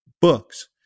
books